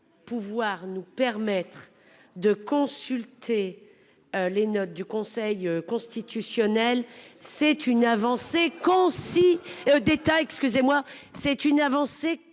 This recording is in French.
pouvoir nous permettre de consulter. Les notes du Conseil constitutionnel. C'est une avancée quand si d'État excusez-moi, c'est une avancée considérable